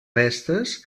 restes